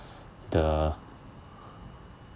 the